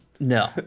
No